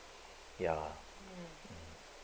ya